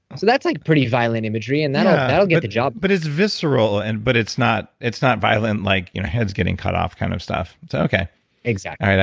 so that's like pretty violent imagery, and that'll that'll get the job but it's visceral. and but it's not it's not violent like heads getting cut off kind of stuff. so okay exactly all right.